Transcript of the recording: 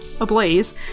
Ablaze